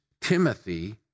Timothy